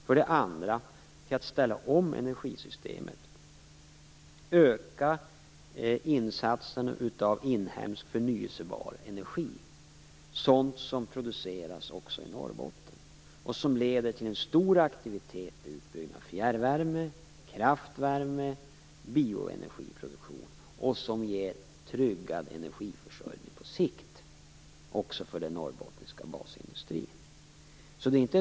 För det andra har de använts till att ställa om energisystemet, dvs. öka insatsen av inhemsk förnybar energi. Det är sådant som produceras också i Norrbotten och som leder till en stor aktivitet i form av utbyggnad av fjärrvärme, kraftvärme och bioenergiproduktion. Detta ger tryggad energiförsörjning på sikt också för den norrbottniska basindustrin.